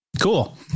cool